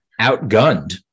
outgunned